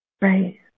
Right